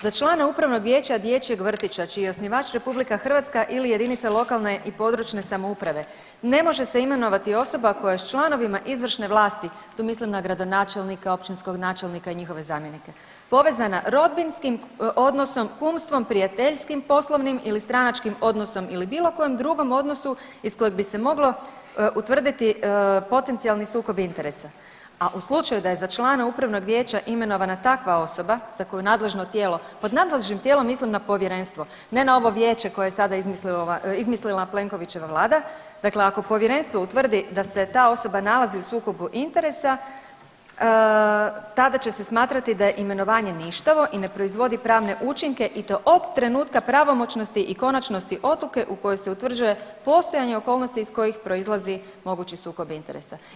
Za člana upravno vijeća dječjeg vrtića čiji je osnivač RH ili jedinice lokalne i područne samouprave ne može se imenovati osoba koja s članovima izvršne vlasti, tu mislim na gradonačelnika, općinskog načelnika i njihove zamjenike, povezana rodbinskim odnosno kumstvom, prijateljskim, poslovnim ili stranačkim odnosnom ili bilo kojem drugom odnosu iz kojeg bi se moglo utvrditi potencijalni sukob interesa, a u slučaju da je za člana upravnog vijeća imenovana takva osoba za koju nadležno tijelo, pod nadležnim tijelom mislim na povjerenstvo, ne na ovo vijeće koje je sada izmislila Plenkovićeva vlada, dakle ako povjerenstvo utvrdi da se ta osoba nalazi u sukobu interesa tada će se smatrati da je imenovanje ništavo i ne proizvodi pravne učinke i to od trenutka pravomoćnosti i konačnosti odluke u kojoj se utvrđuje postojanje okolnosti iz kojih proizlazi mogući sukob interesa.